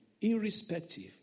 Irrespective